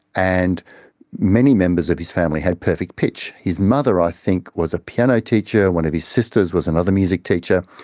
and many members of his family had perfect pitch. his mother i think was a piano teacher, one of his sisters was another music teacher.